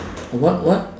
what what